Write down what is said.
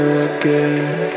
again